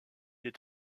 est